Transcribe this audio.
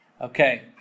Okay